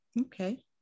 okay